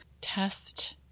test